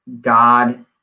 God